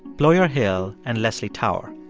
ployer hill and leslie tower.